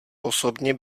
osobně